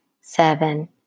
seven